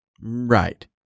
Right